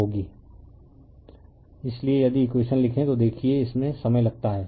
refer slide time 2507 इसलिए यदि equation लिखें तो देखिए इसमें समय लगता है